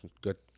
good